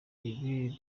ibi